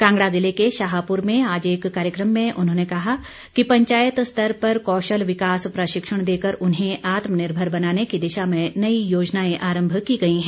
कांगड़ा जिले के शाहपुर में आज एक कार्यक्रम में उन्होंने कहा कि पंचायत स्तर पर कौशल विकास प्रशिक्षण देकर उन्हें आत्मनिर्भर बनाने की दिशा में नई योजनाएं आरम्भ की गई हैं